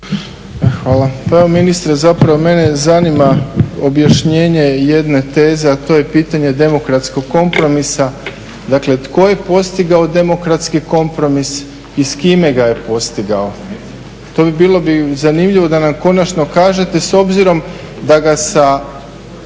evo ministre, zapravo mene zanima objašnjenje jedne teze, a to je pitanje demokratskog kompromisa, dakle tko je postigao demokratski kompromis i s kime ga je postigao? To bi bilo zanimljivo da nam konačno kažete s obzirom da ga sa